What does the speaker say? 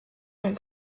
and